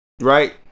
Right